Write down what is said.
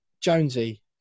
jonesy